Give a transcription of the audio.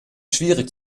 schwierig